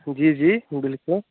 जी जी दिल सॅं